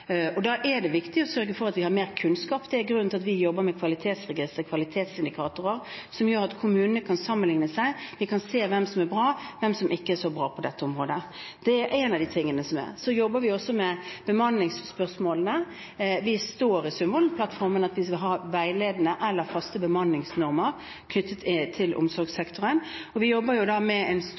og da er det viktig å sørge for at vi har mer kunnskap. Det er grunnen til at vi jobber med kvalitetsregister, kvalitetsindikatorer som gjør at kommunene kan sammenligne seg med hverandre – de kan se hvem som er bra, og hvem som ikke er så bra på dette området. Det er én av de tingene vi jobber med. Så jobber vi også med bemanningsspørsmålene. Det står i Sundvolden-plattformen at vi skal ha veiledende eller faste bemanningsnormer knyttet til omsorgssektoren, og vi jobber med en